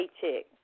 paycheck